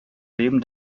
leben